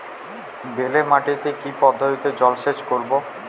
বেলে মাটিতে কি পদ্ধতিতে জলসেচ করব?